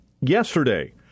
yesterday